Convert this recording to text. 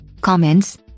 comments